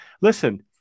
listen